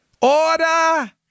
Order